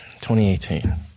2018